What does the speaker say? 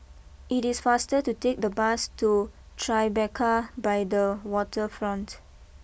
it is faster to take the bus to Tribeca by the Waterfront